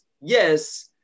Yes